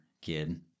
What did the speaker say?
Kid